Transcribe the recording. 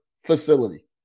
facility